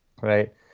right